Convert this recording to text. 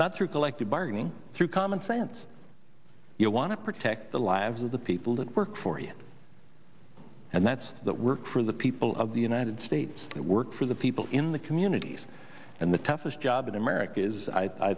not through collective bargaining through common sense you want to protect the lives of the people that work for you and that's that work for the people of the united states that work for the people in the communities and the toughest job in america is i